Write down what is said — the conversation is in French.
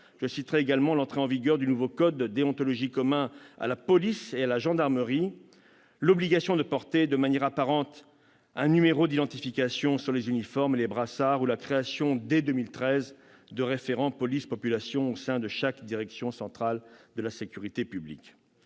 Je citerai également l'entrée en vigueur du nouveau code de déontologie commun à la police et à la gendarmerie, l'obligation de porter de manière apparente un numéro d'identification sur les uniformes et les brassards, ou la création, dès 2013, de référents police-population au sein de chaque direction centrale de la sécurité publique.